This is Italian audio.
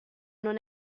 non